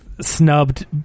Snubbed